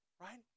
Right